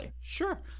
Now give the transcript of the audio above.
Sure